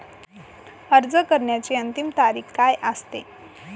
अर्ज करण्याची अंतिम तारीख काय असते?